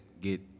get